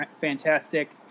fantastic